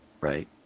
Right